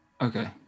Okay